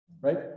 right